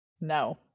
No